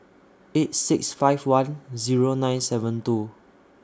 eight six five one Zero nine seven two